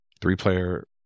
Three-player